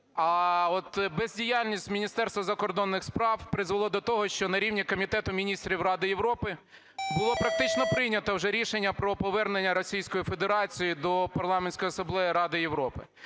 А от бездіяльність Міністерства закордонних справ призвела до того, що на рівні Комітету міністрів Ради Європи було практично прийнято вже рішення про повернення Російської Федерації до Парламентської асамблеї Ради Європи.